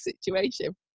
situation